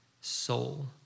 soul